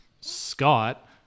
Scott